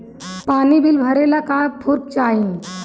पानी बिल भरे ला का पुर्फ चाई?